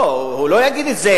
הוא לא יגיד את זה,